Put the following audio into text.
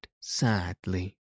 sadly